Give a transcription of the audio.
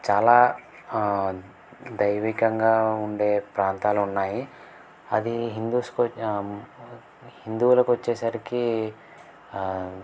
చాలా దైవికంగా ఉండే ప్రాంతాలు ఉన్నాయి అది హిందూస్కు హిందువులకు వొచ్చేసరికి